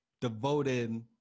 devoted